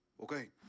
Okay